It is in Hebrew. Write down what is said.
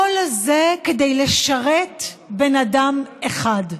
וכל זה כדי לשרת בן אדם אחד: